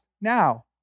now